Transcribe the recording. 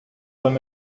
them